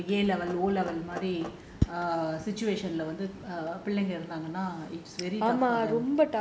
இப்போ வந்து:ippo vanthu A level O level மாரி:maari err situation பிள்ளைக இருந்தாங்கன்னா:irunthangannaa